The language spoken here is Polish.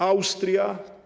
Austria.